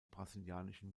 brasilianischen